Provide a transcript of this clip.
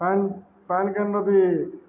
ପା ପାଣି କେନ୍ ର ବି